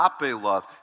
love